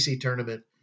tournament